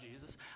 Jesus